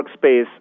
Workspace